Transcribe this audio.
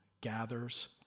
gathers